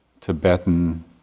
Tibetan